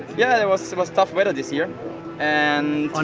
yeah, there was was tough weather this year and um